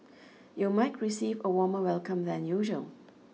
you might receive a warmer welcome than usual